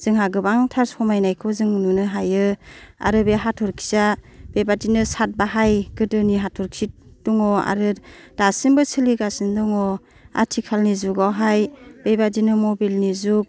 जोंहा गोबांथार समायनायखौ जों नुनो हायो आरो बे हाथरखिया बे बादिनो साथबाहाय गोदोनि हाथरखि दङ आरो दासिमबो सोलिगासिनो दङ आथिखालनि जुगावहाय बे बादिनो मबाइल नि जुग